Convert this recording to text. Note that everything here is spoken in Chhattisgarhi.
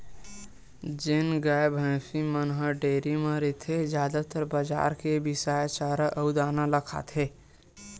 जेन गाय, भइसी मन ह डेयरी म रहिथे जादातर बजार के बिसाए चारा अउ दाना ल खाथे